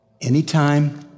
Anytime